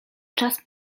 czas